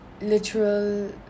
literal